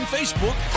Facebook